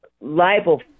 liable